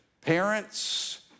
parents